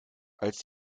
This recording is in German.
als